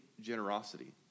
generosity